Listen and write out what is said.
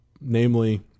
Namely